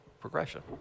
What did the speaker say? progression